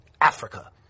Africa